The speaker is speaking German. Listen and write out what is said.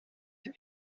ist